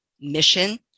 mission